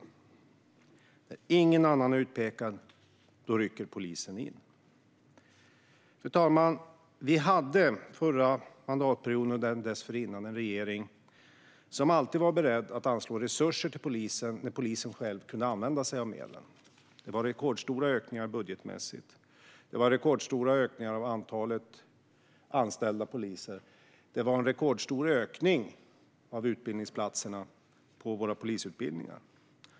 När ingen annan är utpekad rycker polisen in. Fru talman! Vi hade förra mandatperioden och den dessförinnan en regering som alltid var beredd att anslå resurser till polisen när polisen själv kunde använda sig av medlen. Det var rekordstora ökningar budgetmässigt. Det var rekordstora ökningar av antalet anställda poliser. Det var en rekordstor ökning av utbildningsplatserna på våra polisutbildningar.